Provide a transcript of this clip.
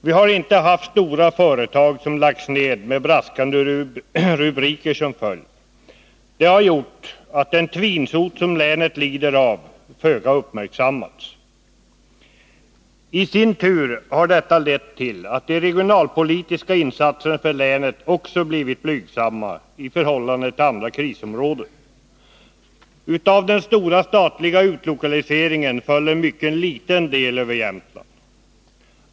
Vi har inte haft stora företag som lagts ned med braskande rubriker som följd. Det har gjort att den ”tvinsot” som länet lider av föga uppmärksammats. I sin tur har detta lett till att de regionalpolitiska insatserna för länet också blivit blygsamma i förhållande till andra krisområden. Av den stora statliga utlokaliseringen föll en mycket liten del över Jämtland.